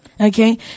Okay